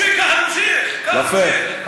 תמשיך, תמשיך.